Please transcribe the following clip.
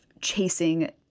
chasing